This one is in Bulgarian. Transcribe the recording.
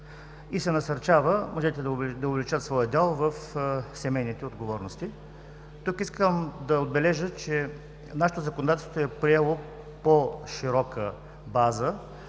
и се насърчават мъжете да увеличат своят дял в семейните отговорности. Тук искам да отбележа, че нашето законодателство е приело по-широка база